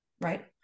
right